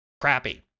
crappy